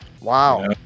Wow